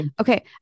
Okay